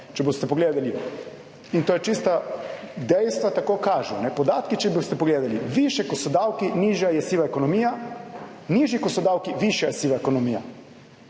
če boste pogledali in to je tista dejstva, tako kažejo. Podatki, če jih boste pogledali, višje kot so davki nižja je siva ekonomija, nižji kot so davki višja siva ekonomija.